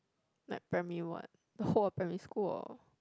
like primary what the whole of primary school or